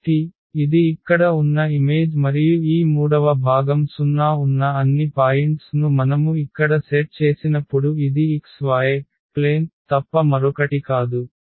కాబట్టి ఇది ఇక్కడ ఉన్న ఇమేజ్ మరియు ఈ మూడవ భాగం 0 ఉన్న అన్ని పాయింట్స్ ను మనము ఇక్కడ సెట్ చేసినప్పుడు ఇది xy ప్లేన్ తప్ప మరొకటి కాదు